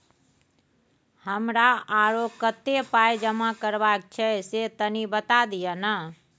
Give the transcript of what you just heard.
हमरा आरो कत्ते पाई जमा करबा के छै से तनी बता दिय न?